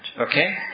Okay